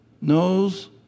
knows